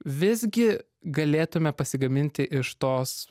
visgi galėtume pasigaminti iš tos